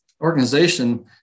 organization